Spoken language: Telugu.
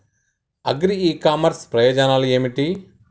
అగ్రి ఇ కామర్స్ ప్రయోజనాలు ఏమిటి?